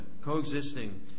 coexisting